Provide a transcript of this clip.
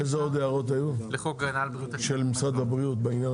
איזה עוד הערות היו של משרד הבריאות בעניין הזה?